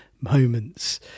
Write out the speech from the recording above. moments